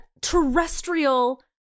terrestrial